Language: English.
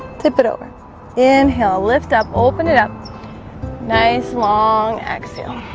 tip it over inhale lift up open it up nice long exhale